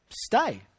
Stay